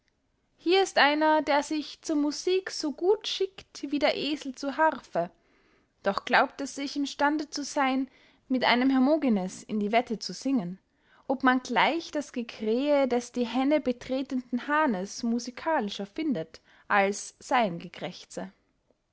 hier ist einer der sich zur musik so gut schickt wie der esel zur harfe doch glaubt er sich im stande zu seyn mit einem hermogenes in die wette zu singen ob man gleich das gekrähe des die hänne betretenden hahnes musikalischer findet als sein